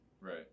Right